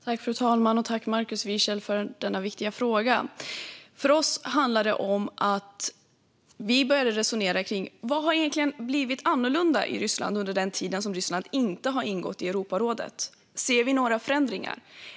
Fru talman! Jag tackar Markus Wiechel för denna viktiga fråga. För oss handlar det om att vi började resonera om vad som egentligen har blivit annorlunda i Ryssland under den tid som Ryssland inte har ingått i Europarådet. Ser vi några förändringar?